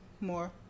More